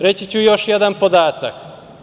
Reći ću još jedan podatak.